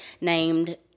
named